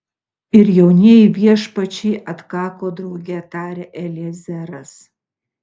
ir jaunieji viešpačiai atkako drauge tarė eliezeras